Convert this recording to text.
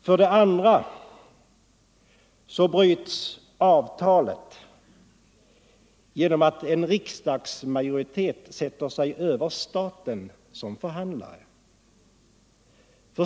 För det andra bryts avtalet genom att en riksdagsmajoritet sätter sig över staten som förhandlare.